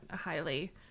highly